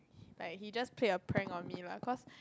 like he just played a prank on me lah cause